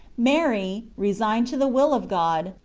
mary, resigned to the will of god,